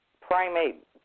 primate